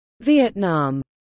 Vietnam